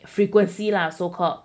frequency lah so called